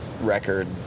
Record